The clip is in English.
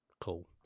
Cool